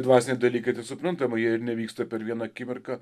dvasiniai dalykai tai suprantama jie ir nevyksta per vieną akimirką